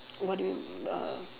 what do you mean uh